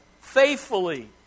faithfully